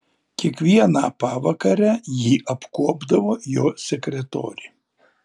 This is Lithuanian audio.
kiekvieną pavakarę jį apkuopdavo jo sekretorė